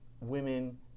women